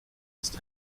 ist